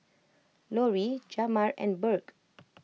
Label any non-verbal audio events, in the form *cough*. Lori Jamar and Burke *noise*